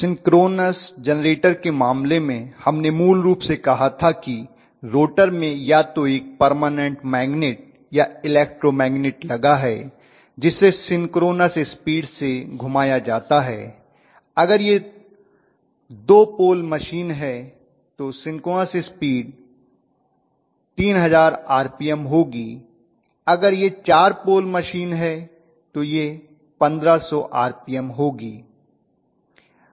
synchronous generator के मामले में हमने मूल रूप से कहा था कि रोटर में या तो एक परमानेंट मैगनेट या इलेक्ट्रो मैगनेट लगा है जिसे सिंक्रोनस स्पीड से घुमाया जाता है अगर यह 2 पोल मशीन है तो सिंक्रोनस स्पीड 3000 आरपीएम होगी अगर यह 4 पोल मशीन है तो यह 1500 आरपीएम होगी